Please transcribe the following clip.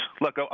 Look